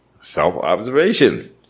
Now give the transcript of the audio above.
Self-observation